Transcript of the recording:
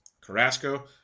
Carrasco